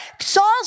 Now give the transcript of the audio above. Saul's